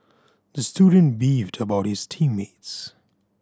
the student beefed about his team mates